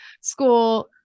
school